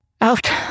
Out